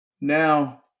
now